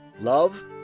love